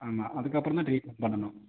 ஆமாம் அதுக்கப்புறம்தான் ட்ரீட்மெண்ட் பண்ணணும்